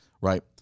Right